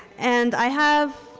and i have